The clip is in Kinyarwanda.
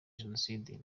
jenoside